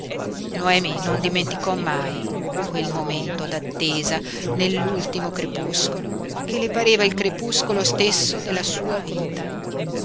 noemi non dimenticò mai quel momento d'attesa nell'ultimo crepuscolo che le pareva il crepuscolo stesso della sua vita